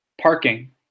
Parking